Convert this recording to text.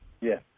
Yes